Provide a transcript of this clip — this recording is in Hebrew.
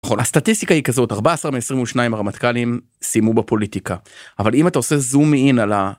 נכון. הסטטיסטיקה היא כזאת, 14 מ-22 הרמטכ"לים סיימו בפוליטיקה, אבל אם אתה עושה זום אין על ה...